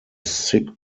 sick